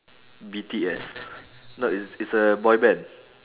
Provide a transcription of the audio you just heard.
B_T_S no it's it's a boy band